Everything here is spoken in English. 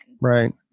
Right